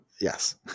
Yes